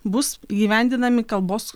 bus įgyvendinami kalbos